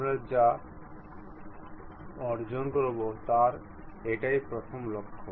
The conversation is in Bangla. আমরা যা অর্জন করব তার এটাই প্রথম লক্ষ্য